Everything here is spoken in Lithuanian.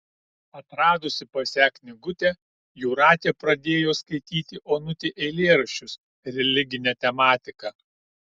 atradusi pas ją knygutę jūratė pradėjo skaityti onutei eilėraščius religine tematika